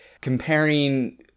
comparing